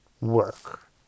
work